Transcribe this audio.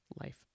life